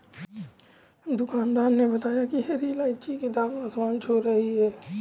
दुकानदार ने बताया कि हरी इलायची की दाम आसमान छू रही है